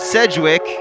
Sedgwick